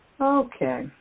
Okay